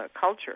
culture